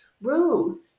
room